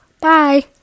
Bye